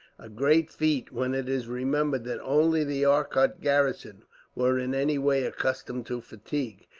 a great feat when it is remembered that only the arcot garrison were in any way accustomed to fatigue,